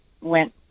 went